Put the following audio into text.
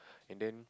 and then